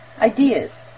ideas